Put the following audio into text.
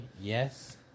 Yes